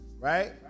Right